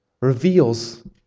reveals